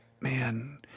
man